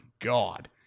God